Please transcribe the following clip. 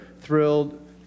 thrilled